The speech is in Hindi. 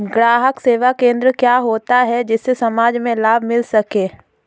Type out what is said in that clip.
ग्राहक सेवा केंद्र क्या होता है जिससे समाज में लाभ मिल सके?